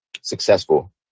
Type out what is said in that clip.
successful